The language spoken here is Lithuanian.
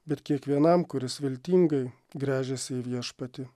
bet kiekvienam kuris viltingai gręžiasi į viešpatį